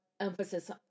emphasis